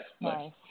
Nice